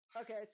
Okay